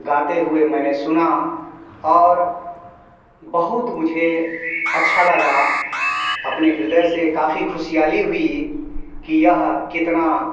गाते हुए मैंने सुना और बहुत मुझे अच्छा लगा अपने ह्रदय से काफ़ी ख़ुशहाली हुई कि यह कितना